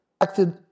acted